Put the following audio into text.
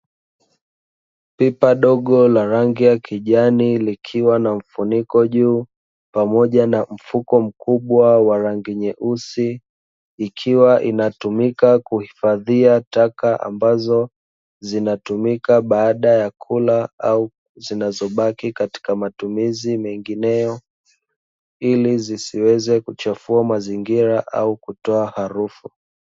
Pipa dogo la rangi ya kijani likiwa na mfuniko juu pamoja na mfuko mkubwa wa rangi nyeusi lkiwa inatumika kuhifadhia taka ambazo zinatumika baada ya kula au zinazobaki katika matumizi mengine ili zisiweze kuchafua mazingira au kutoa harufu.